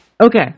Okay